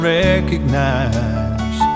recognize